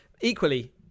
equally